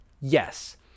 Yes